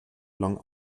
lang